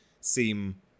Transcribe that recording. seem